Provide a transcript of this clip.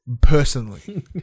personally